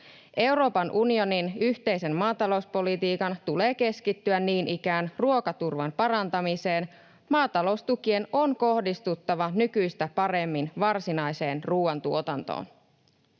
Euroopan unionin yhteisen maatalouspolitiikan tulee keskittyä niin ikään ruokaturvan parantamiseen. Maataloustukien on kohdistuttava nykyistä paremmin varsinaiseen ruoantuotantoon.